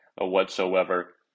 whatsoever